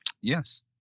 Yes